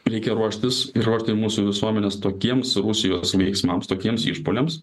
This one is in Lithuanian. reikia ruoštis ir ar tai mūsų visuomenės tokiems rusijos veiksmams tokiems išpuoliams